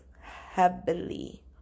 heavily